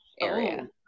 area